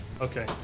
okay